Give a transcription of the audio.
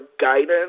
guidance